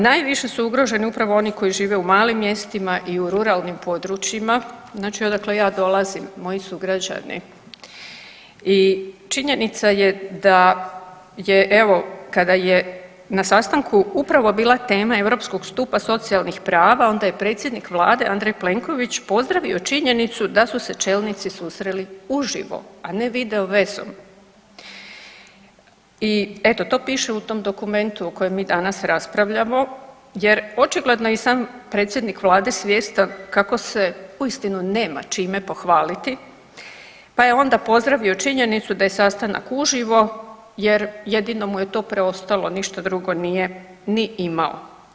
Najviše su ugroženi upravo oni koji žive u malim mjestima i u ruralnim područjima, znači odakle ja dolazim, moji su građani i činjenica je da je evo kada je na sastanku upravo bila tema Europskog stupa socijalnih prava onda je predsjednik vlade Andrej Plenković pozdravio činjenicu da su se čelnici susreli uživo, a ne video vezom i eto to piše u tom dokumentu o kojem mi danas raspravljamo jer očigledno i sam predsjednik vlade je svjestan kako se uistinu nema čime pohvaliti, pa je onda pozdravio činjenicu da je sastanak uživo jer jedino mu je to preostalo, ništa drugo nije ni imao.